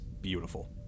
beautiful